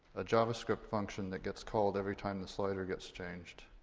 a javascript function that gets called every time the slider gets changed.